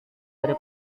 dari